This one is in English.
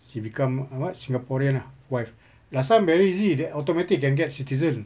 she become ah what singaporean ah wife last time very easy they automatic can get citizen